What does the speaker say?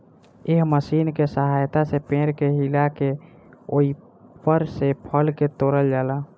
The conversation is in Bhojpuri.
एह मशीन के सहायता से पेड़ के हिला के ओइपर से फल के तोड़ल जाला